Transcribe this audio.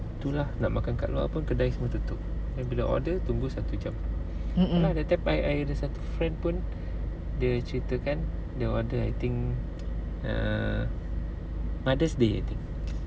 mm mm